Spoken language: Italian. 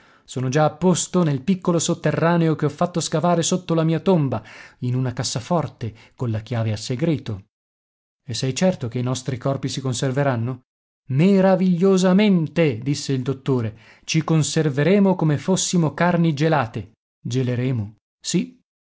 sono già a posto nel piccolo sotterraneo che ho fatto scavare sotto la mia tomba in una cassaforte colla chiave a segreto e sei certo che i nostri corpi si conserveranno meravigliosamente disse il dottore ci conserveremo come fossimo carni gelate geleremo sì